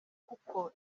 kuko